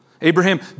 Abraham